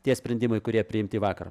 tie sprendimai kurie priimti vakar